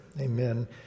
Amen